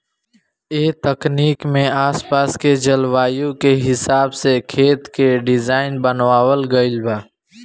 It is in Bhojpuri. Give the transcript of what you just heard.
ए तकनीक में आस पास के जलवायु के हिसाब से खेत के डिज़ाइन बनावल गइल बा